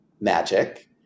magic